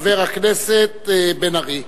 חבר הכנסת בן-ארי.